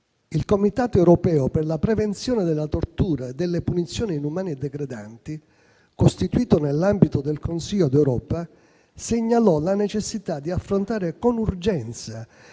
il Comitato europeo per la prevenzione della tortura e delle pene o trattamenti inumani e degradanti, costituito nell'ambito del Consiglio d'Europa, segnalò la necessità di affrontare con urgenza